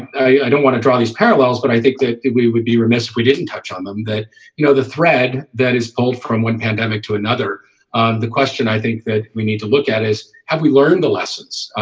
i don't want to draw these parallels but i think that that we would be remiss if we didn't touch on them that you know the thread that is old from one endemic to another the question i think that we need to look at is have we learned the lessons?